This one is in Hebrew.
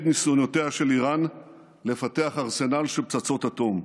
ניסיונותיה של איראן לפתח ארסנל של פצצות אטום,